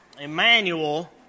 Emmanuel